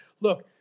look